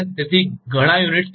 તેથી ઘણા એકમો ત્યાં છે